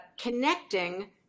connecting